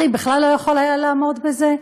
אחי בכלל לא יכול היה לעמוד בזה.